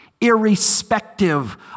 irrespective